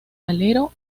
alero